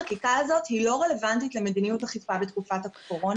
החקיקה הזאת היא לא רלוונטית למדיניות אכיפה בתקופת הקורונה.